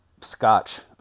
scotch